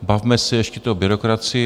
Bavme se ještě o byrokracii.